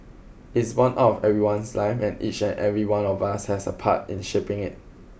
it is borne out of everyone's life and each and every one of us has a part in shaping it